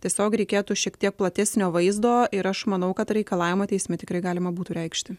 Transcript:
tiesiog reikėtų šiek tiek platesnio vaizdo ir aš manau kad reikalavimą teisme tikrai galima būtų reikšti